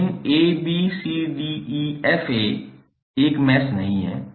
लेकिन abcdefa एक mesh नहीं है